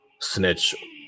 snitch